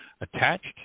attached